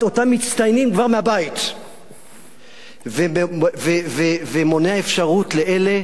אותם מצטיינים כבר מהבית ומונע אפשרות לאלה